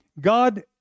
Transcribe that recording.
God